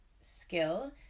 skill